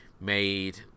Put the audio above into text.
made